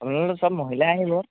আপোনালোকে চব মহিলা আহিব